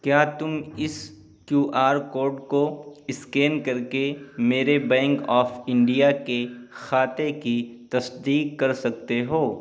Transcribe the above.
کیا تم اس کیو آر کوڈ کو اسکین کر کے میرے بینک آف انڈیا کے کھاتے کی تصدیق کر سکتے ہو